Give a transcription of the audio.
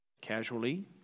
Casually